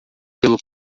pelo